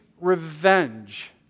revenge